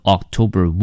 October